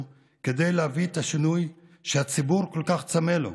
כדי להביא את השינוי שהציבור כל כך צמא לו.